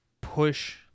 push